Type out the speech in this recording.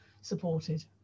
supported